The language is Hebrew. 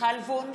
מיכל וונש,